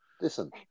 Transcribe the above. Listen